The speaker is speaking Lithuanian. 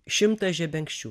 šimtas žebenkščių